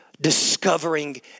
discovering